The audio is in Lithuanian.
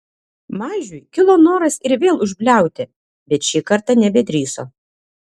mažiui kilo noras ir vėl užbliauti bet šį kartą nebedrįso